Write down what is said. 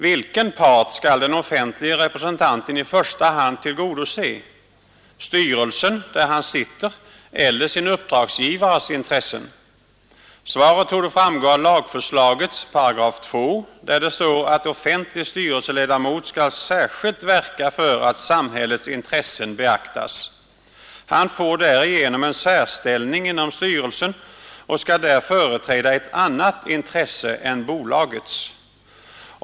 Vilken part skall den offentlige representanten i första hand tillgodose, styrelsens, där han sitter, eller sin uppdragsgivares intressen? Svaret torde framgå av lagförslagets 2 8, där det står att offentlig styrelseledamot skall särskilt verka för att samhällets intressen beaktas. Han får därigenom en särställning inom styrelsen och skall där företräda ett annat intresse än bolagets.